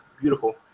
beautiful